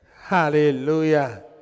Hallelujah